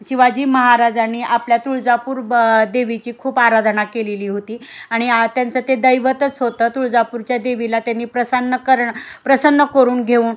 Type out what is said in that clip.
शिवाजी महाराजांनी आपल्या तुळजापूर ब देवीची खूप आराधना केलेली होती आणि त्यांचं ते दैवतच होतं तुळजापूरच्या देवीला त्यांनी प्रसन्न करणं प्रसन्न करून घेऊन